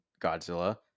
Godzilla